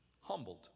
humbled